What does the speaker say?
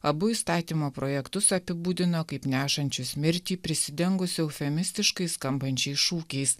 abu įstatymo projektus apibūdino kaip nešančius mirtį prisidengusių eufemistiškai skambančiais šūkiais